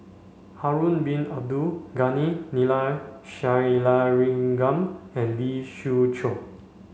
Harun Bin Abdul Ghani Neila Sathyalingam and Lee Siew Choh